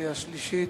בקריאה שלישית.